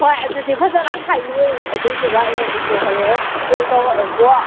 ꯍꯣꯏ ꯑꯗꯨꯗꯤ ꯐꯖꯟꯅ ꯍꯥꯏꯅꯧ ꯑꯗꯨꯏꯗꯨꯒ ꯑꯩꯉꯣꯟꯗꯁꯨ ꯍꯣꯔꯦꯟ ꯀꯣꯜ ꯇꯧꯔꯛꯑꯣ ꯀꯣ